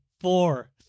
four